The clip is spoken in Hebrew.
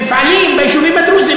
מפעלים ביישובים הדרוזיים,